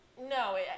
no